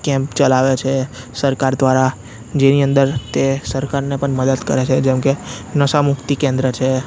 camp ચલાવે છે સરકાર દ્વારા જેની અંદર તે સરકારને પણ મદદ કરે છે જેમકે નશામુક્તિ કેન્દ્ર છે